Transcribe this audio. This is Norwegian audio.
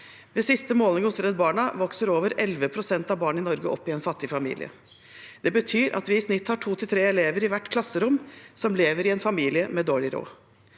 den siste målingen til Redd Barna vokser over 11 pst. av barn i Norge opp i en fattig familie. Det betyr at vi i snitt har to–tre elever i hvert klasserom som lever i en familie med dårlig råd.